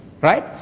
Right